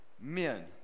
Men